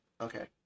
okay